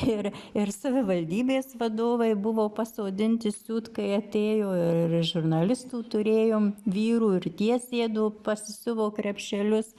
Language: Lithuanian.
ir ir savivaldybės vadovai buvo pasodinti siūt kai atėjo ir žurnalistų turėjom vyrų ir tie sėdo pasisiuvo krepšelius